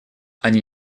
они